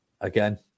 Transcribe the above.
Again